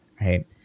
right